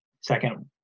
Second